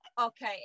okay